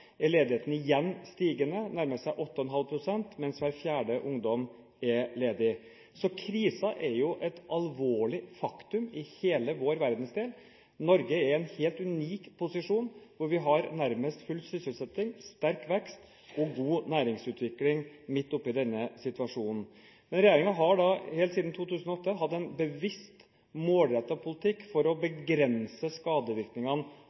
er ledigheten igjen stigende. Den nærmer seg 8,5 pst., mens hver fjerde ungdom er ledig. Så krisen er et alvorlig faktum i hele vår verdensdel. Norge er i en helt unik posisjon, hvor vi har nærmest full sysselsetting, sterk vekst og god næringsutvikling midt oppi denne situasjonen. Men regjeringen har helt siden 2008 hatt en bevisst, målrettet politikk for å begrense skadevirkningene